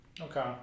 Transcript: Okay